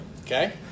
Okay